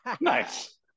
Nice